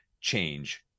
change